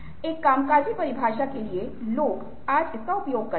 एक कामकाजी परिभाषा के लिए लोग आज इस का उपयोग करते हैं